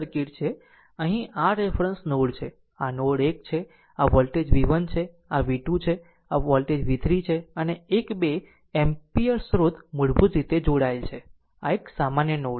આમ અહીં આ r રેફરન્સ નોડ છે અને આ નોડ 1 છે આ વોલ્ટેજ v 1 છે આ વોલ્ટેજ v 2 છે અને આ વોલ્ટેજ v 3 છે અને 1 2 એમ્પીયર સ્રોત મૂળભૂત રીતે જોડાયેલ છે આ એક સામાન્ય નોડ છે